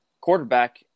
quarterback